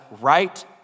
right